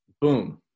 boom